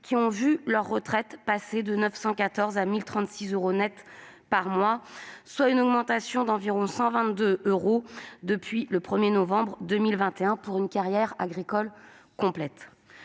ont vu leur retraite passer de 914 euros à 1 036 euros net par mois, soit une augmentation d'environ 122 euros net par mois depuis le 1novembre 2021, pour une carrière agricole complète.